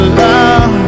love